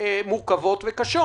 מורכבות וקשות.